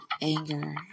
anger